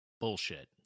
Bullshit